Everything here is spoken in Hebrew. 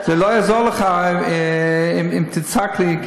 זה לא יעזור לך אם תצעק לי,